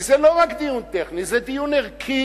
כי זה לא רק דיון טכני, זה דיון ערכי.